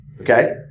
Okay